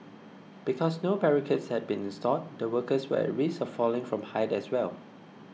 because no barricades had been installed the workers were at risk of falling from height as well